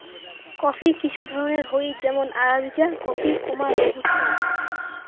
coffee কিসু ধরণের হই যেমন আরাবিকা কফি, রোবুস্তা